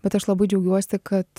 bet aš labai džiaugiuosi kad